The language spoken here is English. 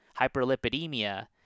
hyperlipidemia